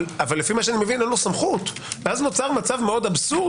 אבל לפי מה שאני מבין אין לו סמכות ואז נוצר מצב אבסורד